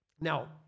Now